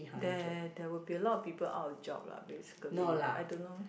there there will be a lot of people out of job lah basically I don't know